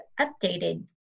updated